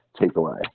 takeaway